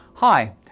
Hi